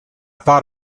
thought